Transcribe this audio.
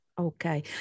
Okay